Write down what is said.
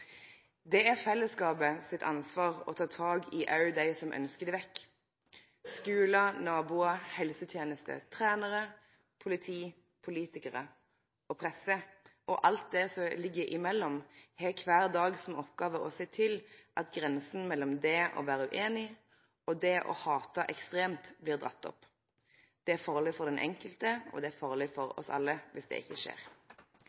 Det er fellesskapet sitt ansvar å ta tak i òg dei som ønskjer det vekk. Skular, naboar, helsetenester, trenarar, politi, politikarar og presse – og alt det som ligg imellom – har kvar dag som oppgåve å sjå til at grensa mellom det å vere ueinig og det å hate ekstremt blir dratt opp. Det er farleg for den enkelte og det er farleg for oss alle viss det ikkje skjer.